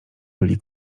byli